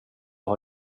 har